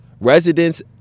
Residents